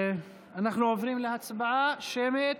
אנחנו עוברים להצבעה שמית,